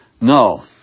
No